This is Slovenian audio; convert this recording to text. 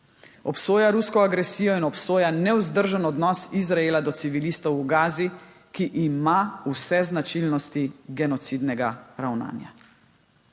obsoja rusko agresijo in obsoja nevzdržen odnos Izraela do civilistov v Gazi, ki ima vse značilnosti genocidnega ravnanja.